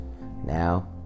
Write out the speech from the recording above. Now